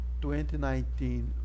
2019